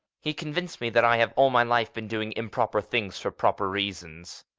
he convinced me that i have all my life been doing improper things for proper reasons.